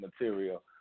material